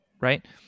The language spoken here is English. right